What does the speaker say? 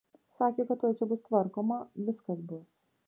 sakė kad tuoj čia bus tvarkoma viskas bus